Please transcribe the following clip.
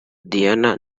diana